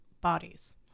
bodies